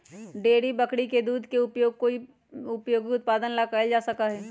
dairy बकरी के दूध के उपयोग कई उपयोगी उत्पादन ला कइल जा सका हई